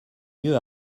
mieux